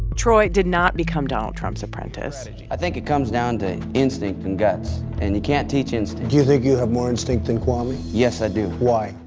troy did not become donald trump's apprentice i think it comes down to instinct and guts. and you can't teach instinct do you think you have more instinct than kwame? yes, i do why?